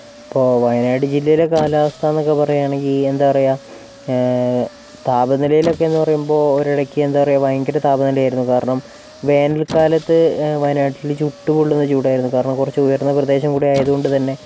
ഇപ്പോൾ വയനാട് ജില്ലയിലെ കാലാവസ്ഥായെന്നൊക്കെ പറയുകയാണെങ്കിൽ എന്താ പറയുക താപനിലയിലൊക്കെയെന്ന് പറയുമ്പോൾ ഒരിടയ്ക്ക് എന്താ പറയുക ഭയങ്കര താപനിലയായിരുന്നു കാരണം വേനൽക്കാലത്ത് വയനാട്ടിൽ ചുട്ടുപൊള്ളുന്ന ചൂടായിരുന്നു കാരണം കുറച്ച് ഉയർന്ന പ്രദേശം കൂടി ആയതുകൊണ്ടുതന്നെ